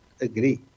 agree